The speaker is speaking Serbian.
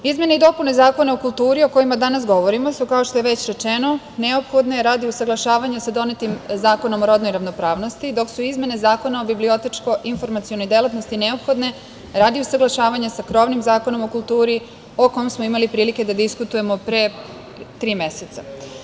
Izmene i dopune Zakona o kulturi o kojima danas govorimo su, kao što je već rečeno, neophodne radi usaglašavanja sa donetim Zakonom o rodnoj ravnopravnosti, dok su izmene Zakona o bibliotečko-informacionoj delatnosti neophodne radi usaglašavanja sa krovnim Zakonom o kulturi o kome smo imali prilike da diskutujemo pre tri meseca.